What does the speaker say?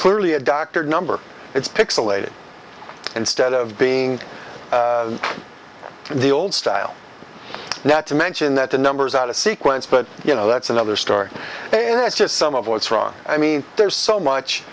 clearly a doctor number it's pixellated instead of being the old style not to mention that the numbers out of sequence but you know that's another story and that's just some of what's wrong i mean there's so much